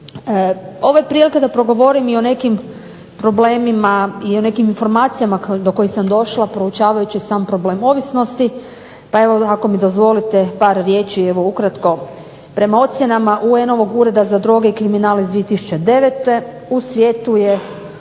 Ovo je prilika da progovorim o nekim problemima i o nekim informacijama do kojih sam došla proučavajući sam problem ovisnosti, pa evo ako mi dozvolite par riječi ukratko. Prema ocjenama UN-ovog Ureda za droge i kriminal iz 2009. u svijetu je